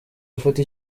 gufata